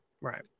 right